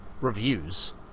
reviews